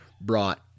brought